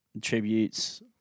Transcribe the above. Tributes